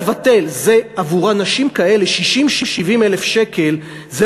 עבור אנשים כאלה 60,000 70,000 שקל זה